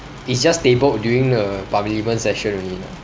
it's just tabled during a parliament session only lah